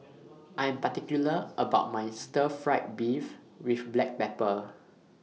I Am particular about My Stir Fried Beef with Black Pepper